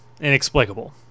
inexplicable